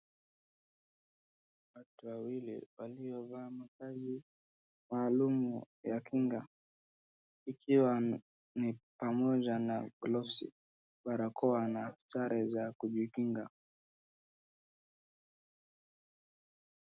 Watu wawili waliovaa mavazi maalumu ya kinga ikiwa ni pamoja na glovsi , barakoa na sare za kujikinga .